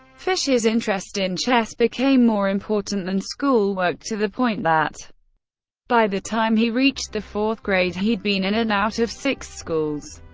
fischer's interest in chess became more important than schoolwork, to the point that by the time he reached the fourth grade, he'd been in and out of six schools.